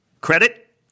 credit